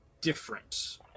different